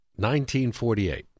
1948